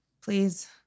please